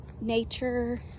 nature